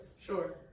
sure